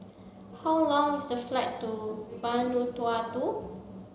how long is the flight to Vanuatu